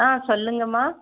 ஆ சொல்லுங்கம்மா